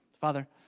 father